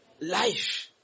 life